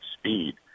speed